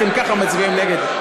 אתם ככה מצביעים נגד?